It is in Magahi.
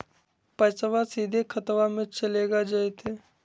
पैसाबा सीधे खतबा मे चलेगा जयते?